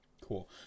Cool